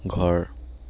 ঘৰ